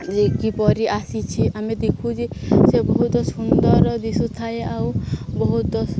ଯେ କିପରି ଆସିଛି ଆମେ ଦେଖୁ ଯେ ସେ ବହୁତ ସୁନ୍ଦର ଦିଶୁ ଥାଏ ଆଉ ବହୁତ